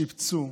שיפצו,